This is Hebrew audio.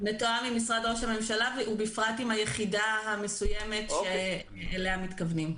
מתואם עם משרד ראש הממשלה ובפרט עם היחידה המסוימת אליה מתכוונים.